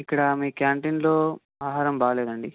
ఇక్కడ మీ క్యాంటీన్లో ఆహారం బాగోలేదండి